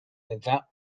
without